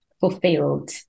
fulfilled